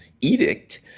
edict